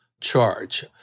charge